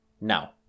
Now